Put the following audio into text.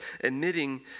admitting